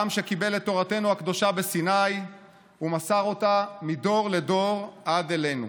העם שקיבל את תורתנו הקדושה בסיני ומסר אותה מדור לדור עד אלינו.